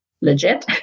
legit